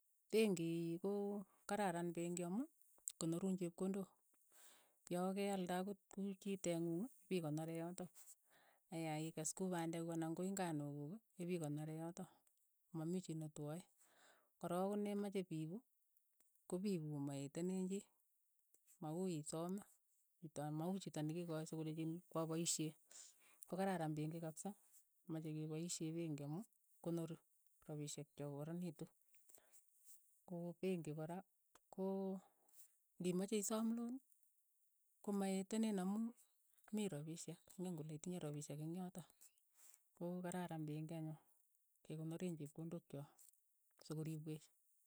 Penkii ko kararan penki amu konoruun chepkondok, yo ke aalde akot ku chii teeng'ung, ikonoree yotok, aya ikees kuu pandek kuk anan ko inganuk kuk, ipikonoree yotok, ma mii chii netwae, korook ko ne mache ipiipu, ko piipu maeteneen kei, ma uu isoome, kitoon ma uu chito ne ke kochi so ko lechin kwa paishee. ko kararan penki kapisa, mache kepaishee penki amu, konori rapishek chok ko karanitu, ko penki kora, ko ngi mache isoom loon, ko ma etenin amu mi ropishek, ingen kole itinye rapishek eng' yotok, ko kararan penki anyun, ke konoreen chepkondok chok, so ko ripweech.